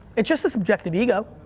it's just a subjective ego.